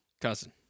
Cousin